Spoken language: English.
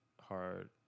Hard